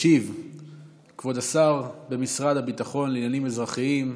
ישיב כבוד השר במשרד הביטחון לעניינים אזרחים,